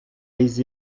les